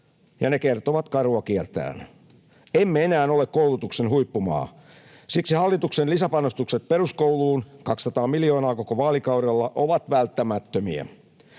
ja ne kertovat karua kieltään. Emme enää ole koulutuksen huippumaa. Siksi hallituksen lisäpanostukset peruskouluun, 200 miljoonaa koko vaalikaudella, ovat välttämättömiä.